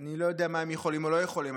אני לא יודע מה הם יכולים או לא יכולים.